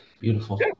beautiful